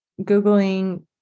googling